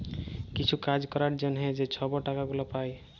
কিছু কাজ ক্যরার জ্যনহে যে ছব টাকা গুলা পায়